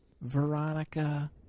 Veronica